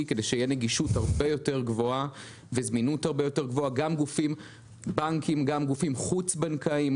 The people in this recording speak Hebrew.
כדי שתהיה נגישות וזמינות הרבה יותר גבוהה :גופים בנקאיים וחוץ בנקאיים,